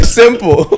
simple